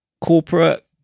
corporate